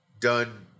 done